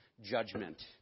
judgment